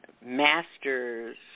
master's